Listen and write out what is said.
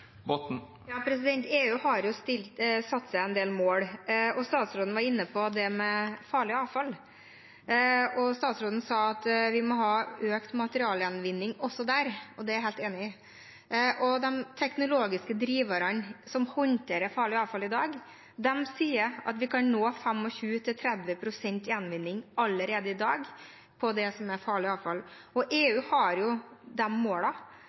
med farlig avfall. Statsråden sa at vi må ha økt materialgjenvinning også der, og det er jeg helt enig i. De teknologiske driverne som håndterer farlig avfall i dag, sier at vi allerede i dag kan nå 25–30 pst. gjenvinning av farlig avfall. EU har de målene. Da er det interessant å høre om statsråden og regjeringspartiene kan være med på det forslaget som vi har lagt fram i